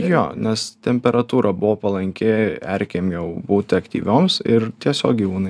jo nes temperatūra buvo palanki erkėm jau būti aktyvioms ir tiesiog gyvūnai